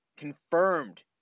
confirmed